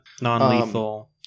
non-lethal